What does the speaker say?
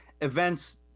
events